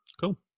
Cool